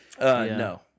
No